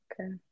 okay